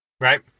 right